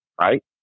right